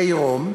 עירום,